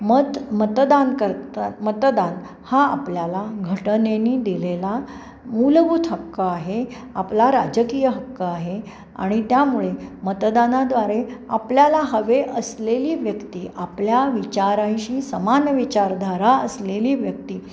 मत मतदान करता मतदान हा आपल्याला घटनेने दिलेला मूलभूत हक्क आहे आपला राजकीय हक्क आहे आणि त्यामुळे मतदानाद्वारे आपल्याला हवे असलेली व्यक्ती आपल्या विचारांशी समान विचारधारा असलेली व्यक्ती